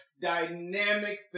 dynamic